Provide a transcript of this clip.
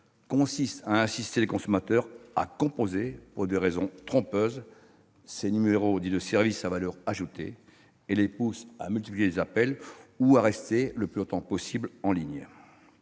consiste à inciter les consommateurs à composer, pour des raisons trompeuses, ces numéros dits de « service à valeur ajoutée », et à les pousser à multiplier les appels ou à rester le plus longtemps possible en ligne.